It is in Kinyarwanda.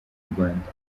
rwanda